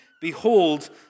Behold